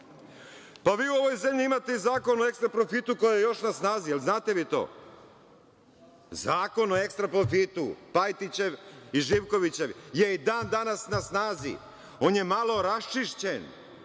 ovo. Vi u ovoj zemlji imate i Zakon o ekstra profitu koji je još na snazi. Jel znate vi to? Zakon o ekstra profitu, Pajtićev i Živkovićev, je i dan danas na snazi. On je malo raščišćen